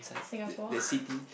Singapore